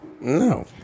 No